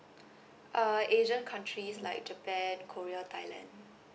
uh asian countries like japan korea thailand